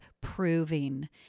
proving